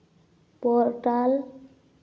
portal